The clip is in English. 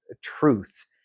truth